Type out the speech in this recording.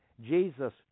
Jesus